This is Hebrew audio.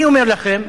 אני אומר לכם,